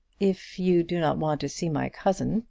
if you do not want to see my cousin,